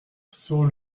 sur